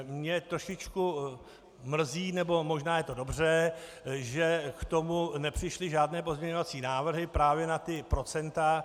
Mě trošičku mrzí, nebo možná je to dobře, že k tomu nepřišly žádné pozměňovací návrhy, právě na ta procenta.